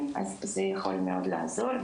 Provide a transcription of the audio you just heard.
אז זה יכול מאוד לעזור.